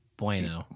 bueno